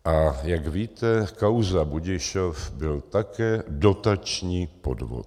A jak víte, kauza Budišov byl také dotační podvod.